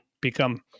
become